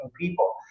people